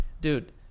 dude